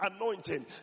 anointing